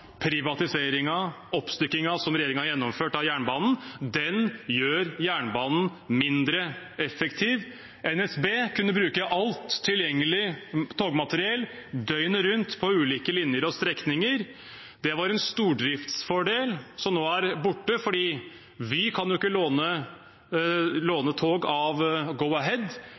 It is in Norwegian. som regjeringen har gjennomført. Den gjør jernbanen mindre effektiv. NSB kunne bruke alt tilgjengelig togmateriell døgnet rundt på ulike linjer og strekninger. Det var en stordriftsfordel som nå er borte, for Vy kan jo ikke låne tog av Go-Ahead, og Go-Ahead kan ikke låne vogner av